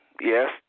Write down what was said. yes